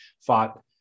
fought